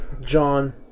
John